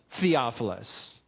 Theophilus